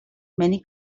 many